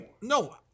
No